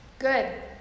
Good